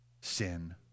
sin